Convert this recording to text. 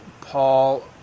Paul